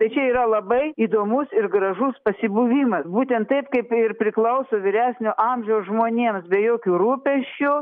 tai čia yra labai įdomus ir gražus pasibuvimas būtent taip kaip ir priklauso vyresnio amžiaus žmonėms be jokių rūpesčių